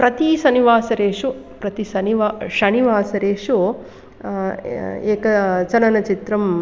प्रति शनिवासरेषु शनिवासरे शनिवासरेषु एकं चलनचित्रम्